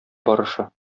барышы